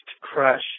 crush